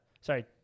Sorry